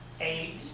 eight